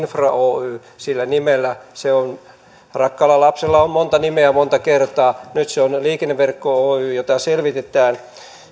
kuin infra oy sillä nimellä se on rakkaalla lapsella on monta nimeä monta kertaa nyt se on liikenneverkko oy jota selvitetään